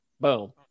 Boom